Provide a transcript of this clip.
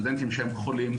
סטודנטים שהם חולים,